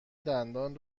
دندان